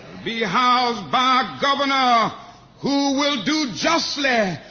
be housed by a governor who will do justly,